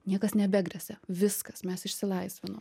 niekas nebegresia viskas mes išsilaisvinom